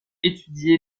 étudié